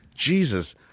Jesus